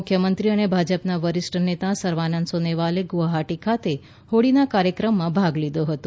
મુખ્યમંત્રી અને ભાજપના વરિષ્ઠ નેતા સર્વાનંદ સોનોવાલે ગુહાહાટી ખાતે હોળીના કાર્યક્રમમાં ભાગ લીધો હતો